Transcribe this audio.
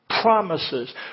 promises